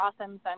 awesome